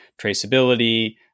traceability